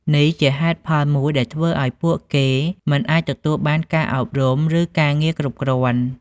នេះជាហេតុផលមួយដែលធ្វើឱ្យពួកគេមិនអាចទទួលបានការអប់រំ ឬការងារគ្រប់គ្រាន់។